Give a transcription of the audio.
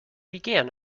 began